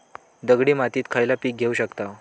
दगडी मातीत खयला पीक घेव शकताव?